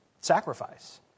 sacrifice